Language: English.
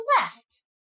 left